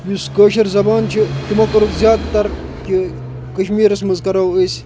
یُس کٲشُر زبان چھِ تِمو کٔرٕکھ زیادٕ تر کہِ کَشمیٖرس منٛز کَرو أسۍ